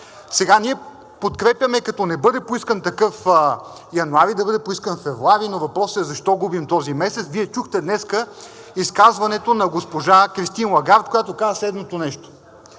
Сега ние подкрепяме, като не бъде поискан такъв януари, да бъде поискан февруари, но въпросът е защо губим този месец. Вие чухте днес изказването на госпожа Кристин Лагард, която каза следното нещо